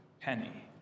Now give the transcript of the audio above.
penny